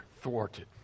thwarted